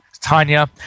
Tanya